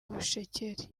bushekeri